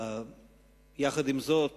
עם זאת,